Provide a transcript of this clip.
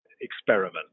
experiment